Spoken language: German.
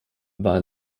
war